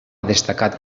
destacat